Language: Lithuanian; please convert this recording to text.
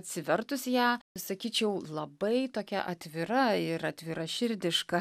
atsivertus ją sakyčiau labai tokia atvira ir atviraširdiška